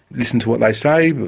listen to what they say. but